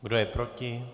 Kdo je proti?